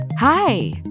Hi